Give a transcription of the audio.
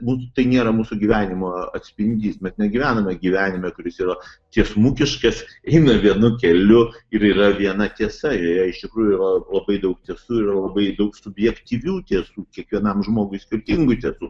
būtų tai nėra mūsų gyvenimo atspindys mes negyvename gyvenime kuris yra tiesmukiškas eina vienu keliu ir yra viena tiesa joje iš tikrųjų yra labai daug tiesų ir labai daug subjektyvių tiesų kiekvienam žmogui skirtingų tiesų